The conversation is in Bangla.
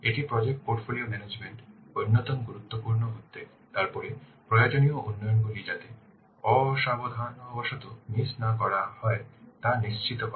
এটি প্রজেক্ট পোর্টফোলিও ম্যানেজমেন্ট অন্যতম গুরুত্বপূর্ণ উদ্বেগ তারপরে প্রয়োজনীয় উন্নয়নগুলি যাতে অসাবধানতাবশত মিস না করা হয় তা নিশ্চিত করা